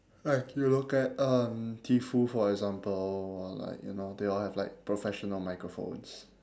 like you look at um teafoo for example or like you know they all have like professional microphones